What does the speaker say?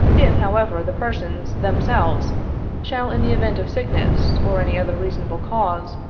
if, however, the persons themselves shall in the event of sickness, or any other reasonable cause,